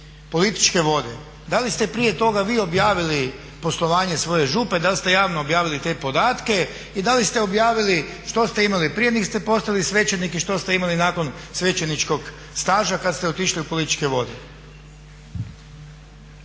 da li ste prije toga vi objavili poslovanje svoje župe, da li ste javno objavili te podatke i da li ste objavili što ste imali prije nego što ste postali svećenik i što ste imali nakon svećeničkog staža kada ste otišli u političke vode?